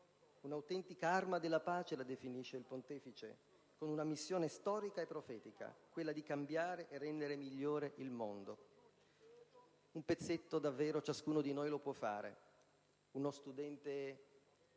un'autentica arma della pace, la definisce il Pontefice, con una missione storica e profetica, quella di cambiare e rendere migliore il mondo. Un pezzetto davvero ciascuno di noi lo può fare. Uno studente